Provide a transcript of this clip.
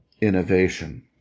innovation